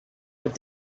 with